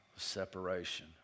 separation